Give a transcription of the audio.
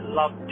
love